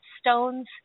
stones